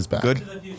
good